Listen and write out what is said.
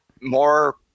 more